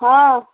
ହଁ